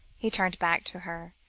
he turned back to her,